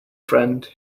friend